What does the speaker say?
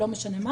לא משנה מה